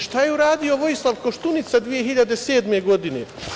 Šta je uradio Vojislav Koštunica 2007. godine?